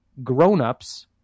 grown-ups